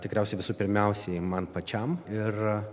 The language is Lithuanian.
tikriausiai visų pirmiausiai man pačiam ir